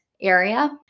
area